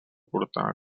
portar